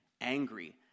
angry